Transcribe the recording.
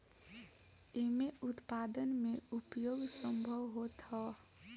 एमे उत्पादन में उपयोग संभव होत हअ